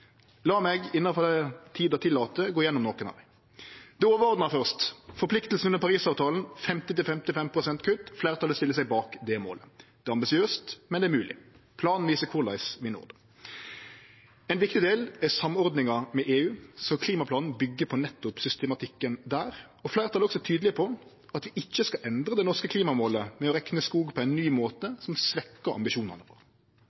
meg, innanfor det tida tillèt, gå gjennom nokre av dei. Det overordna først: Når det gjeld forpliktingane i Parisavtalen, 50–55 pst. kutt, stiller fleirtalet seg bak det målet. Det er ambisiøst, men det er mogleg. Planen viser korleis vi når det. Ein viktig del er samordninga med EU, så klimaplanen byggjer på nettopp systematikken der. Fleirtalet er også tydeleg på at vi ikkje skal endre det norske klimamålet ved å rekne skog på ein ny